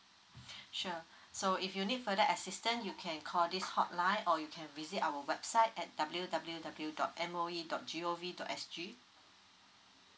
sure so if you need further assistant you can call this hotline or you can visit our website at W W W dot M O E dot G O V dot S G